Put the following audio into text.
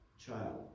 child